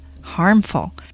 harmful